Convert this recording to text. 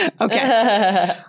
Okay